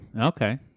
Okay